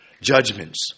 Judgments